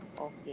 Okay